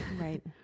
right